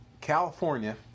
California